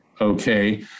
Okay